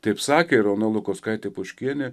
taip sakė ir ona lukauskaitė poškienė